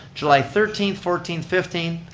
july thirteenth, fourteen, fifteen,